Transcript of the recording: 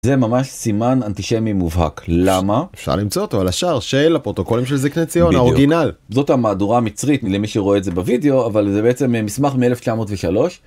זה ממש סימן אנטישמי מובהק. למה? אפשר למצוא אותו על השער של הפרוטוקולים של זקני ציון, האורגינל. בדיוק, זאת המהדורה המצרית למי שרואה את זה בוידאו, אבל זה בעצם מסמך מ-1903.